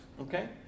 okay